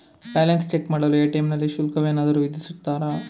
Balance check ಮಾಡಲು ATM ನಲ್ಲಿ ಶುಲ್ಕವೇನಾದರೂ ವಿಧಿಸುತ್ತಾರಾ?